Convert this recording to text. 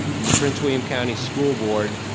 the prince william county school board